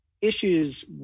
issues